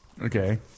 Okay